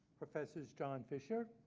professors john fisher,